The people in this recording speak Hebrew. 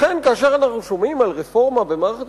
לכן כאשר אנחנו שומעים על רפורמה במערכת